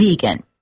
vegan